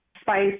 spice